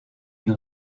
une